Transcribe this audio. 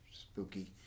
spooky